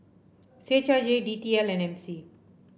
C H I J D T L and M C